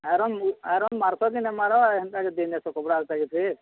iron iron ମାର୍ସ କି ନାଇଁ ମାର ହେନ୍ତା ଦେଇନେସ କପ୍ଡ଼ା